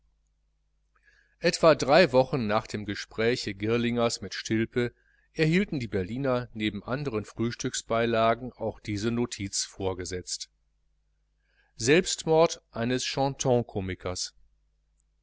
etwa drei wochen nach dem gespräche girlingers mit stilpe erhielten die berliner neben anderen frühstücksbeilagen auch diese notiz vorgesetzt